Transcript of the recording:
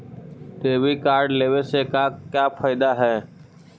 Debit card लेवे से का का फायदा है?